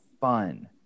fun